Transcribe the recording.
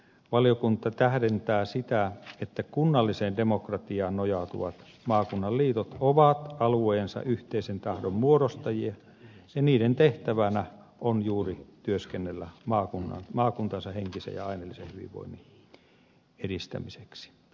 valiokunta tähdentää sitä että kunnalliseen demokratiaan nojautuvat maakunnan liitot ovat alueensa yhteisen tahdon muodostajia ja niiden tehtävänä on juuri työskennellä maakuntansa henkisen ja aineellisen hyvinvoinnin edistämiseksi